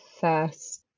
first